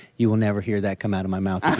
you will never hear that come out of my mouth